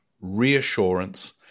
reassurance